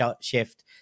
shift